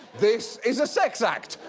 this is a sex act.